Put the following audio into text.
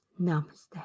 Namaste